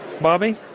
Bobby